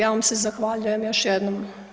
Ja vam se zahvaljujem još jednom.